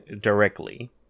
directly